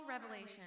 revelation